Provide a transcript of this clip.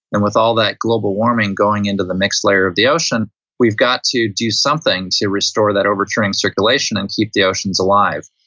and with all that global warming going into the next layer of the ocean we've got to do something to restore that overturning circulation and keep the oceans alive.